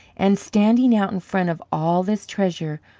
and standing out in front of all this treasure,